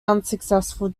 unsuccessful